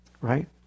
Right